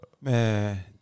Man